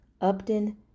Upton